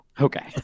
Okay